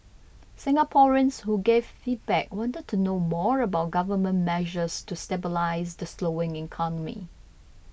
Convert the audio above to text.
Singaporeans who gave feedback wanted to know more about Government measures to stabilise the slowing economy